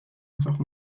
vers